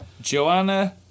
Joanna